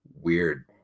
weird